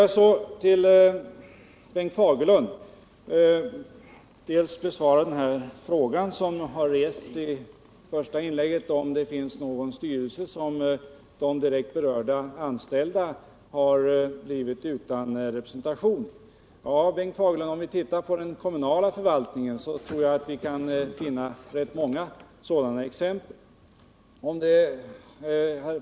Bengt Fagerlund frågade i sitt första inlägg om det fanns någon styrelse där de direkt berörda anställda har blivit utan representation. Ja, Bengt Fagerlund, i den kommunala förvaltningen kan vi finna rätt många sådana exempel.